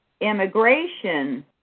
immigration